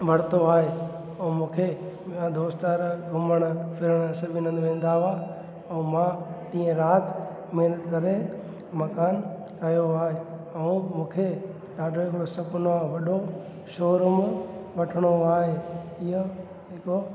वरितो आहे उहो मूंखे मुंहिंजे दोस्त यार घुमणु फिरणु सभिनि हंधि वेंदा हुआ उहो मां ॾींहं राति महिनतु करे मकानु ठाहियो आहे ऐं मूंखे ॾाढो सुपिनो आहे वॾो शोरुम वठिणो आहे इहा हिकिड़ो